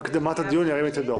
בעד הקדמת הדיון.